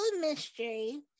mystery